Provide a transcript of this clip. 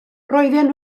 roedden